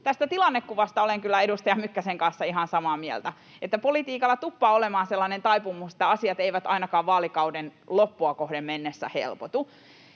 tästä tilannekuvasta olen kyllä edustaja Mykkäsen kanssa ihan samaa mieltä, että politiikalla tuppaa olemaan sellainen taipumus, että asiat eivät ainakaan vaalikauden loppua kohden mennessä helpotu.